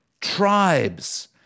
tribes